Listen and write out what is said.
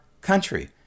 country